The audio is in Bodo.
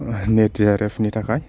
नेट जेआरएफ नि थाखाय